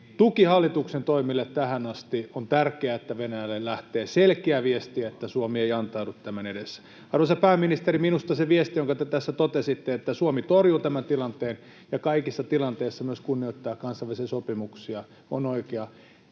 Tuki hallituksen toimille tähän asti. On tärkeää, että Venäjälle lähtee selkeä viesti, että Suomi ei antaudu tämän edessä. Arvoisa pääministeri, minusta se viesti, jonka te tässä totesitte, että Suomi torjuu tämän tilanteen ja kaikissa tilanteissa myös kunnioittaa kansainvälisiä sopimuksia, on oikea.